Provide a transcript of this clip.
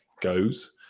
goes